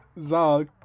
Zal